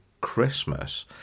christmas